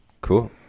cool